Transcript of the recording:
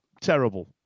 terrible